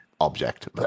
object